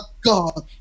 God